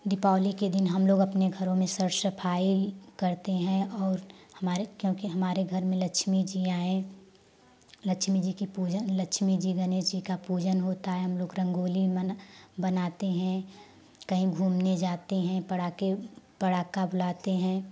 दीपावली के दिन हम लोग घरों में सर्व सफाई करते हैं और हमारे क्योंकि हमारे घर में लक्ष्मी जी आयें लक्ष्मी जी की पूजन लक्ष्मी जी गणेश जी का पूजन होता है हम लोग रंगोली मना बनाते हैं कहीं घूमने जाते हैं पटाखे पटाखा लाते हैं